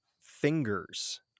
fingers